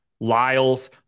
Lyles